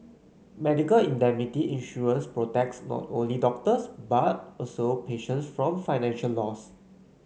medical indemnity insurance protects not only doctors but also patients from financial loss